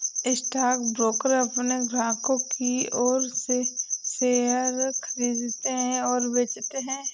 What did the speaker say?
stockbroker अपने ग्राहकों की ओर से शेयर खरीदते हैं और बेचते हैं